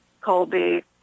Colby